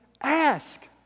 Ask